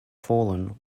fallen